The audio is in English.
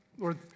Lord